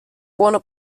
vorne